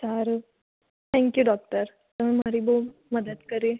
સારું thank you doctor તમે મારી બહુ મદદ કરી